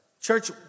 Church